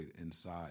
inside